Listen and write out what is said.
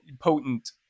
potent